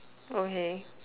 okay